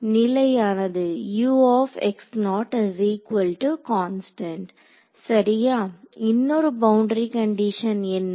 நிலையானது சரியா இன்னொரு பவுண்டரி கண்டிஷன் என்ன